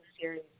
series